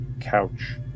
couch